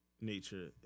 nature